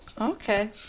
Okay